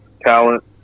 talent